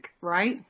right